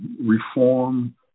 reform